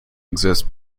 exists